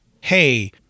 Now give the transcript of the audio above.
hey